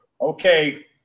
Okay